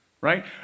right